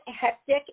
hectic